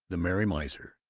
the merry miser,